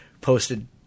posted